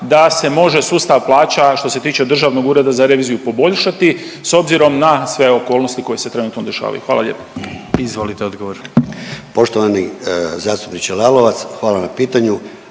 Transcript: da se može sustav plaća što se tiče Državnog ureda za reviziju poboljšati s obzirom na sve okolnosti koje se trenutno dešavaju? Hvala lijepo. **Jandroković, Gordan (HDZ)** Izvolite odgovor. **Klešić, Ivan** Poštovani zastupniče Lalovac hvala na pitanju.